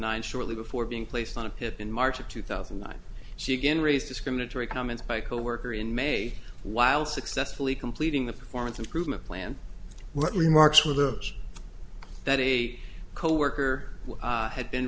nine shortly before being placed on a pip in march of two thousand and nine she again raised discriminatory comments by coworker in may while successfully completing the performance improvement plan what remarks were those that a coworker had been